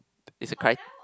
is a cri~